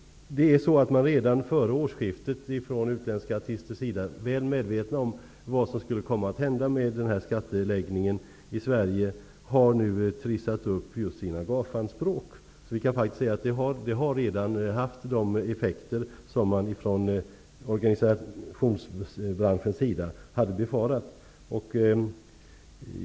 Redan före årsskiftet har utländska artister, väl medvetna om vad som skulle komma att hända med skatteläggningen i Sverige, trissat upp sina gageanspråk. Ändringen har redan haft de effekter som branschen befarade.